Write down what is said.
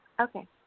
Okay